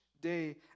day